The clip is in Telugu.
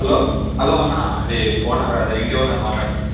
హలో హలో అన్న ఇది ఓనర్ అదే ఇంటి ఓనర్ మాట్లాడుతున్నాను